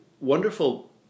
wonderful